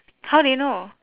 how do you know